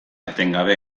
etengabe